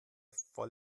voll